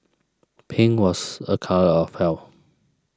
pink was a colour of health